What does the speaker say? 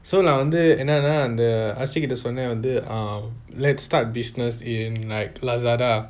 so நான் வந்து என்னனா அந்த:nan vanthu ennana antha ashiq கிட்ட சொன்னேன் வந்து:kita sonnaen vanthu um let's start business in like lazada